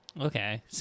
Okay